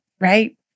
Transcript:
right